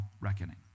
reckoning